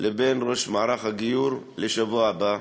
לראש מערך הגיור לשבוע הבא,